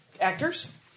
actors